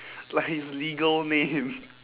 like his legal name